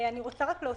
אני רוצה להוסיף.